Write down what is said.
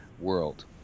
world